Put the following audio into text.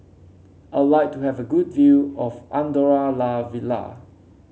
I would like to have a good view of Andorra La Vella